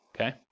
okay